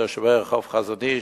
מתושבי רחוב חזון-אי"ש,